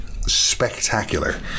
spectacular